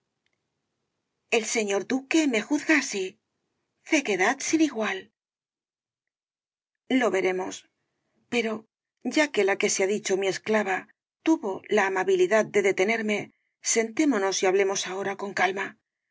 el señor duque me juzga así ceguedad sin igual lo veremos pero ya que la que se ha dicho mi esclava tuvo la amabilidad de detenerme sentémonos y hablemos ahora con calma